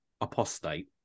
Apostate